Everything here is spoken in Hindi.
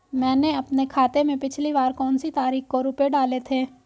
मैंने अपने खाते में पिछली बार कौनसी तारीख को रुपये डाले थे?